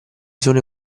sono